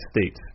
States